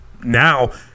now